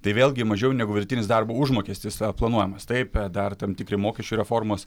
tai vėlgi mažiau negu vidutinis darbo užmokestis planuojamas taip dar tam tikri mokesčių reformos